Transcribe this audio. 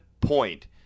point